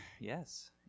Yes